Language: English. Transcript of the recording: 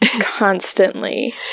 constantly